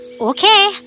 okay